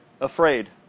afraid